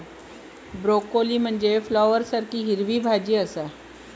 broccoli म्हनजे फ्लॉवरसारखी हिरवी भाजी आसा